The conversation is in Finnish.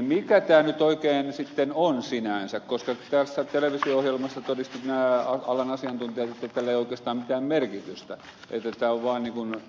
mikä tämä on nyt oikein sitten on sinänsä koska tässä televisio ohjelmassa todistivat nämä alan asiantuntijat että tällä ei ole oikeastaan mitään merkitystä että tämä on vain